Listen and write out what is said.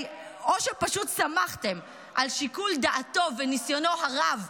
או שפשוט סמכתם על שיקול דעתו וניסיונו הרב,